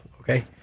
okay